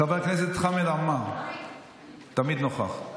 חבר הכנסת חמד עמאר תמיד נוכח.